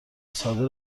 ساده